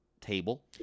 table